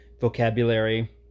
vocabulary